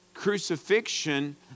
crucifixion